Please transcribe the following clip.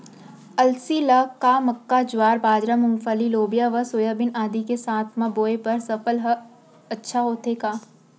अलसी ल का मक्का, ज्वार, बाजरा, मूंगफली, लोबिया व सोयाबीन आदि के साथ म बोये बर सफल ह अच्छा होथे का?